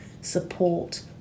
support